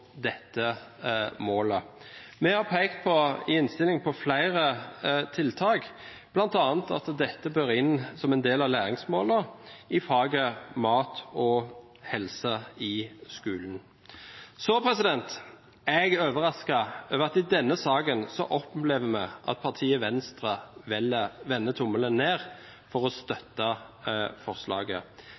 dette målet. Vi har i innstillingen pekt på flere tiltak, bl.a. at dette bør inn som en del av læringsmålene i faget mat og helse i skolen. Jeg er overrasket over at vi i denne saken opplever at partiet Venstre vender tommelen ned for